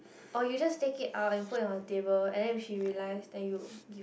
oh you just take it out and put on table and if she realize then you